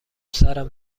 سرم